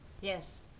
Yes